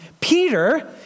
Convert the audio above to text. Peter